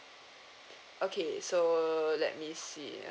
okay so let me see